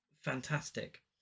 Fantastic